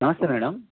నమస్తే మేడం